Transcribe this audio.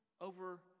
over